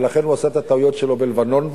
ולכן הוא עשה את הטעויות שלו בלבנון,